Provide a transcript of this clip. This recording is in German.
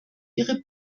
ihre